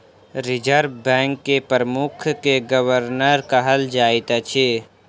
reserve bank के प्रमुख के गवर्नर कहल जाइत अछि